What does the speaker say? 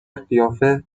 قیافه